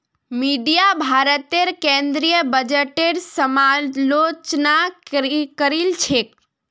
media भारतेर केंद्रीय बजटेर समालोचना करील छेक